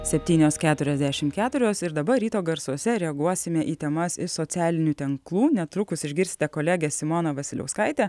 septynios keturiasdešim keturios ir dabar ryto garsuose reaguosime į temas iš socialinių tinklų netrukus išgirsite kolegę simoną vasiliauskaitę